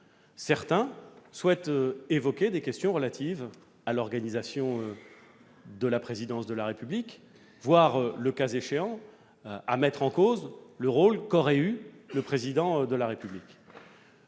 certains souhaitent évoquer des questions relatives à l'organisation de la présidence de la République, voire, le cas échéant, mettre en cause le rôle qu'aurait eu le Président de la République.